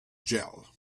gel